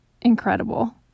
incredible